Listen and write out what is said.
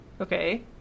Okay